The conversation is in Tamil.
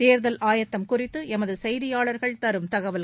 தேர்தல் ஆயத்தம் குறித்து எமது செய்தியாளர்கள் தரும் தகவல்